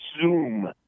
Zoom